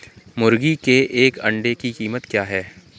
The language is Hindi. मुर्गी के एक अंडे की कीमत क्या है?